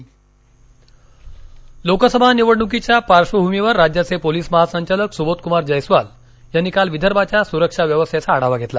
विदर्भ आढावा लोकसभा निवडणुकीच्या पार्श्वभूमीवर राज्याचे पोलीस महासंचालक सुबोध कुमार जयस्वाल यांनी काल विदर्भाच्या सुरक्षा व्यवस्थेचा आढावा घेतला